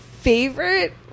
favorite